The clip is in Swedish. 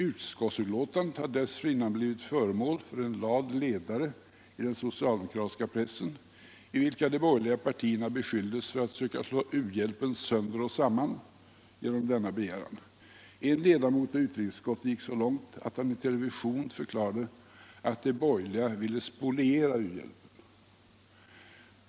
Utskottsbetänkandet hade dessförinnan blivit föremål för en rad ledare i den socialdemokratiska pressen, i vilka de borgerliga partierna beskylldes för att försöka slå u-hjälpen sönder och samman genom denna begäran. En ledamot av utrikesutskottet gick så långt att han i TV förklarade att de borgerliga ville spoliera u-hjälpen.